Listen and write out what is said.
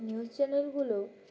news চ্যানেলগুলো